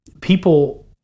people